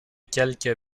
quelques